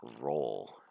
role